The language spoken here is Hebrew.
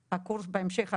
גם לא באמת מתכוונים